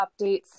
updates